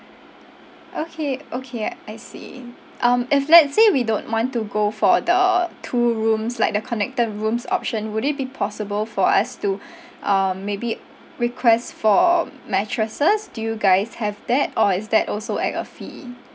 okay okay I see um if let's say we don't want to go for the two rooms like the connected rooms option would it be possible for us to uh maybe request for mattresses do you guys have that or is that also at a fee